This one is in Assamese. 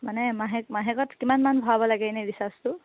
মানে মাহেকত কিমান ভৰাব লাগে এনেই ৰিচাৰ্ছটো